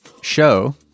show